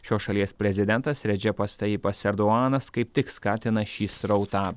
šios šalies prezidentas redžepas tajipas erduanas kaip tik skatina šį srautą